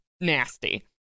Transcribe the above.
nasty